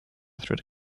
through